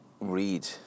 Read